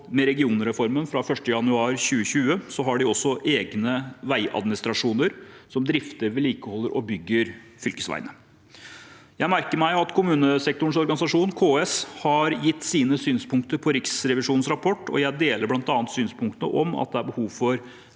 med regionreformen fra 1. januar 2020 har de også egne veiadministrasjoner som drifter, vedlikeholder og bygger fylkesveiene. Jeg merker meg at kommunesektorens organisasjon, KS, har gitt sine synspunkter på Riksrevisjonens rapport. Jeg deler bl.a. synspunktene om at det er behov for